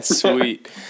Sweet